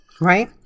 right